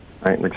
right